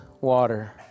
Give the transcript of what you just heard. water